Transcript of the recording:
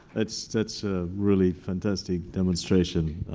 that's that's a really fantastic demonstration